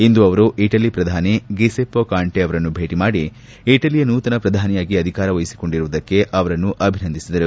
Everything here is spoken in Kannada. ಇಂದು ಅವರು ಇಟಲಿ ಪ್ರಧಾನಿ ಗೌಸೆಪ್ಪೆ ಕಾಂಟೆ ಅವರನ್ನು ಭೇಟಿ ಮಾಡಿ ಇಟಲಿಯ ನೂತನ ಪ್ರಧಾನಿಯಾಗಿ ಅಧಿಕಾರ ವಹಿಸಿಕೊಂಡಿರುವುದಕ್ಕೆ ಅವರನ್ನು ಅಭಿನಂದಿಸಿದರು